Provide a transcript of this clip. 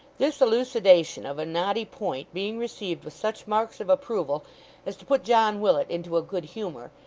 this elucidation of a knotty point being received with such marks of approval as to put john willet into a good humour,